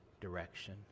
direction